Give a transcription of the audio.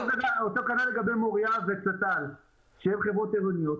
אותו כנ"ל לגבי מוריה ו -- שהן חברות עירוניות.